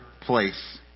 place